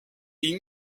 est